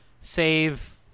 save